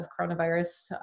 coronavirus